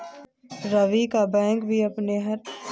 रवि का बैंक भी अपने हर ग्राहक के फण्ड की सुरक्षा एक बराबर करता है